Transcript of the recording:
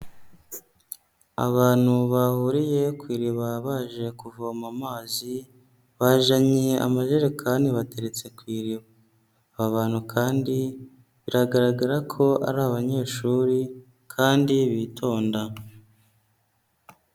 Abantu bahuriye ku iriba baje kuvoma amazi, bajanye amajerekani bateretse ku iriba, aba bantu kandi biragaragara ko ari abanyeshuri kandi bitonda.